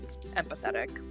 empathetic